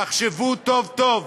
תחשבו טוב-טוב.